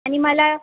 आणि मला